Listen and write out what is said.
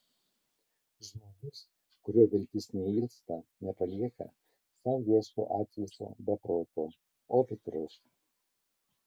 žmogus kurio viltis neilsta nepalieka sau ieško atilsio be proto o vikrus